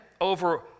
over